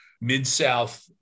Mid-South